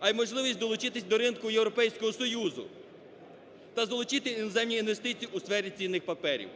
а і можливість долучитися до ринку Європейського Союзу та залучити іноземні інвестиції у сфері цінних паперів.